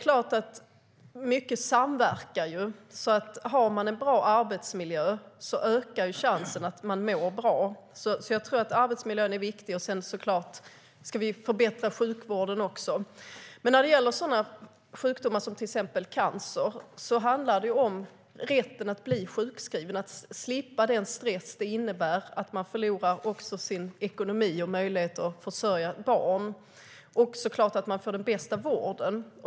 Mycket samverkar. Har man en bra arbetsmiljö ökar chansen att man mår bra. Jag tror att arbetsmiljön är viktig. Vi ska också förbättra sjukvården. När det gäller sådana sjukdomar som till exempel cancer handlar det om rätten att bli sjukskriven och slippa den stress det innebär att man också förlorar sin ekonomi och möjligheter att försörja barn. Det handlar också om att man får den bästa vården.